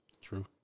True